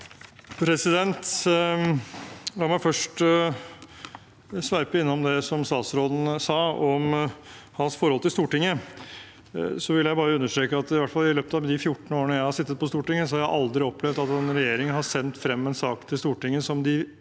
La meg først sveipe innom det statsråden sa om hans forhold til Stortinget. Jeg vil bare understreke at i hvert fall i løpet av de 14 årene jeg har sittet på Stortinget, har jeg aldri opplevd at en regjering har sendt en sak til Stortinget som de